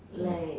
no